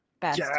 Best